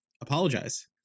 apologize